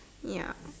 ya